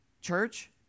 church